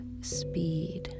speed